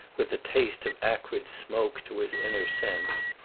with the taste of acrid smoke, to his inner sense.